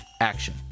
action